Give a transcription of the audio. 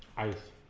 ice